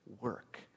work